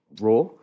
raw